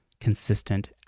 consistent